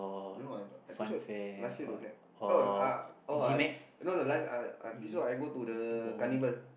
don't know ah I think so last year don't have oh uh oh no no last uh I think so I go to the carnival